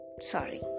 sorry